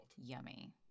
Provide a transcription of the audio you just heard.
Yummy